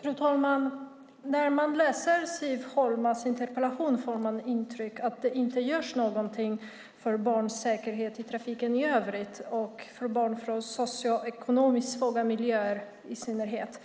Fru talman! När man läser Siv Holmas interpellation får man intrycket att det inte görs någonting för barns säkerhet i trafiken i allmänhet och för barn från socioekonomiskt svaga miljöer i synnerhet.